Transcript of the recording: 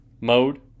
mode